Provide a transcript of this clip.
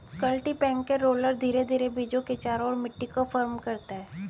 cultipacker roller धीरे धीरे बीजों के चारों ओर मिट्टी को फर्म करता है